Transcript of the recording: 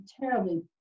terribly